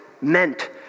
meant